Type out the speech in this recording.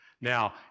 Now